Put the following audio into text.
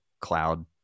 cloud